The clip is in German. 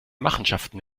machenschaften